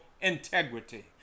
integrity